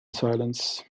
silence